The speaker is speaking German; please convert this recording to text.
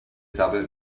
sabbelt